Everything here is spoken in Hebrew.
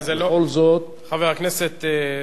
חבר הכנסת שכיב שנאן,